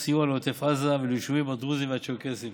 סיוע לעוטף עזה וליישובים הדרוזיים והצ'רקסיים.